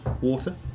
water